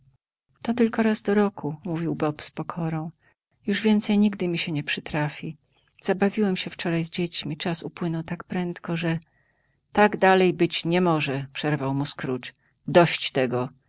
to tylko raz do roku mówił bob z pokorą już więcej nigdy mi się nie przytrafi zabawiłem się wczoraj z dziećmi czas upłynął tak prędko że tak dalej być nie może przerwał mu scrooge dość tego